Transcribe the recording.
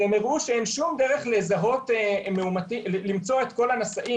והם הראו שאין שום דרך למצוא את כל הנשאים